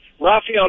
Rafael